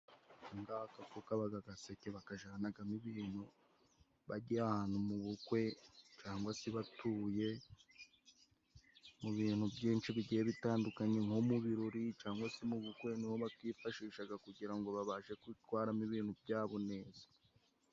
Aka ngaka ko kaba agaseke, bakajyanamo ibintu bagiye ahantu mu bukwe, cyangwa se batuye, mu bintu byinshi bigiye bitandukanye nko mu birori, cyangwa se mu bukwe, ni ho bakifashisha kugira ngo babashe gutwaramo ibintu byabo neza.